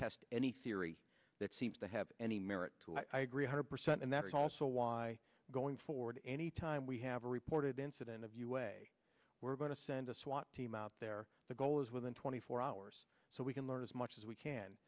test any theory that seems to have any merit to it i agree hundred percent and that is also why going forward any time we have reported incident of us we're going to send a swat team out there the goal is within twenty four hours so we can learn as much as we can